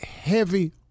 heavy